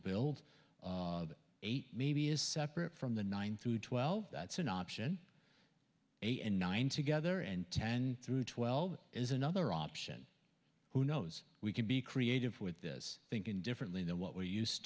build eight maybe is separate from the nine through twelve that's an option eight and nine together and ten through twelve is another option who knows we can be creative with this thinking differently than what we're used